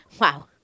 Wow